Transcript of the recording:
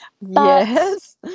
Yes